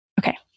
Okay